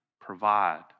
provide